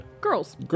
Girls